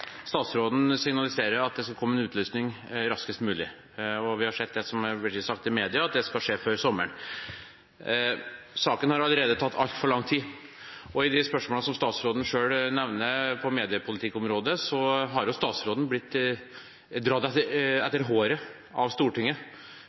statsråden signaliserer at det skal komme en utlysning raskest mulig. Vi har sett, som det er sagt i media, at det skal skje før sommeren. Saken har allerede tatt altfor lang tid. I de spørsmålene som statsråden selv nevner på mediepolitikkområdet, har statsråden blitt dratt